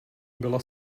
byla